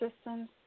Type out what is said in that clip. systems